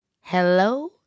Hello